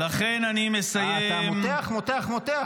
אתה מותח מותח מותח.